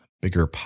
bigger